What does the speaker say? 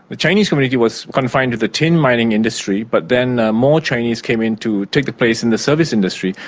the chinese community was confined to the tin mining industry, but then more chinese came in to take the place in the service industry,